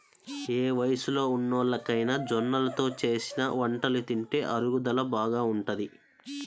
ఏ వయస్సులో ఉన్నోల్లకైనా జొన్నలతో చేసిన వంటలు తింటే అరుగుదల బాగా ఉంటది